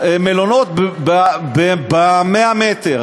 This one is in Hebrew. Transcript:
מלונות ב-100 מטר